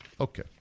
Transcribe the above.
Okay